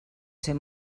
ser